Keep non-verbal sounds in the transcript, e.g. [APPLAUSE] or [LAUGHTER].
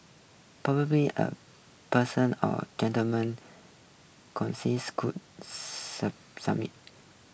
[UNINTELLIGIBLE] a person or gentleman [UNINTELLIGIBLE] could [UNINTELLIGIBLE]